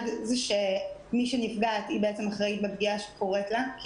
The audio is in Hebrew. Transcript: הראשון הוא שמי שנפגעת בעצם אחראית לפגיעה שקורית לה כי